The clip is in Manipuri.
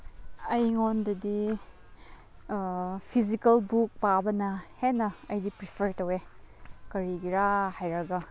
ꯑꯩꯉꯣꯟꯗꯗꯤ ꯐꯤꯖꯤꯀꯦꯜ ꯕꯨꯛ ꯄꯥꯕꯅ ꯍꯦꯟꯅ ꯑꯩꯗꯤ ꯄ꯭ꯔꯤꯐꯔ ꯇꯧꯋꯦ ꯀꯔꯤꯒꯤ ꯍꯥꯏꯔꯒ